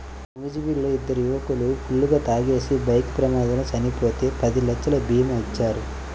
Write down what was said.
నూజివీడులో ఇద్దరు యువకులు ఫుల్లుగా తాగేసి బైక్ ప్రమాదంలో చనిపోతే పది లక్షల భీమా ఇచ్చారు